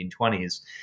1920s